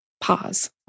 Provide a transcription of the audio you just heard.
Pause